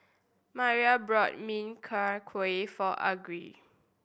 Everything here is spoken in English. Maira brought Min Chiang Kueh for Argie